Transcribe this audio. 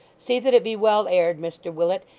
see that it be well aired, mr willet,